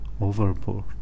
overboard